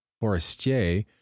Forestier